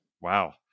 Wow